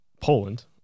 Poland